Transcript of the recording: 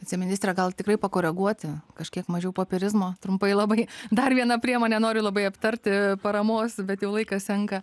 viceministre gal tikrai pakoreguoti kažkiek mažiau popierizmo trumpai labai dar vieną priemonę noriu labai aptarti paramos bet jau laikas senka